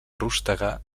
rústega